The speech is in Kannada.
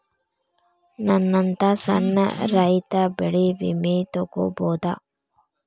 ನನ್ನಂತಾ ಸಣ್ಣ ರೈತ ಬೆಳಿ ವಿಮೆ ತೊಗೊಬೋದ?